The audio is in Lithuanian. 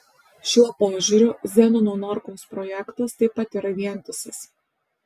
šiuo požiūriu zenono norkaus projektas taip pat yra vientisas